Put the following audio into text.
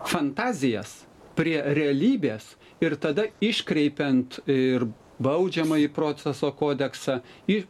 fantazijas prie realybės ir tada iškreipiant ir baudžiamąjį proceso kodeksą ir